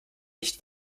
nicht